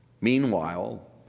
Meanwhile